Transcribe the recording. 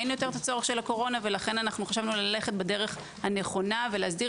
אין עוד את הצורך של הקורונה ולכן חשבנו ללכת בדרך הנכונה ולהסדיר